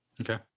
Okay